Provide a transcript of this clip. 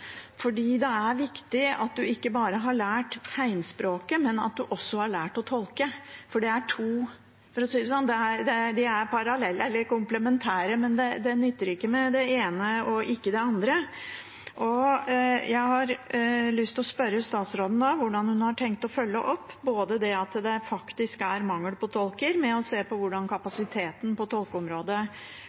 Det er viktig at man ikke bare har lært tegnspråket, men at man også har lært å tolke, for disse er komplementære, og det nytter ikke å ha lært det ene, men ikke det andre. Jeg har lyst til å spørre statsråden om hvordan hun har tenkt å følge opp det at det faktisk er mangel på tolker – ved å se på hvordan kapasiteten på tolkeområdet